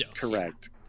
Correct